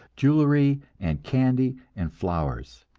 jewelry and candy and flowers.